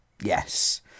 Yes